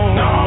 no